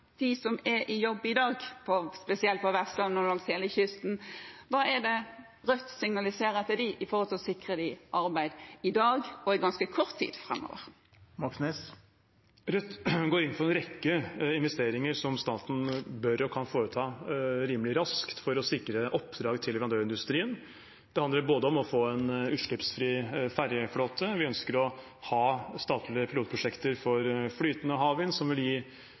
De som er i jobb i dag, spesielt på Vestlandet og langs hele kysten, hva signaliserer Rødt til dem når det gjelder å sikre dem arbeid – i dag og i ganske kort tid framover? Rødt går inn for en rekke investeringer som staten bør og kan foreta rimelig raskt for å sikre oppdrag til leverandørindustrien. Det handler om å få en utslippsfri ferjeflåte, og vi ønsker å ha statlige pilotprosjekter for flytende havvind, som vil